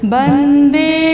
Bande